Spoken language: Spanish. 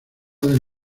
del